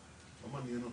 לא מעניין אותם,